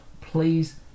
please